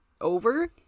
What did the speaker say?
over